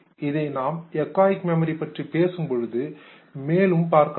இதை நாம் எக்கோயிக் மெமரிக்கு பற்றி பேசும்பொழுது மேலும் பார்க்கலாம்